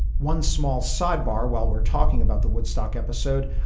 one small sidebar while we're talking about the woodstock episode,